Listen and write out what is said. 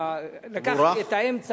תבורך.